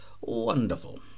wonderful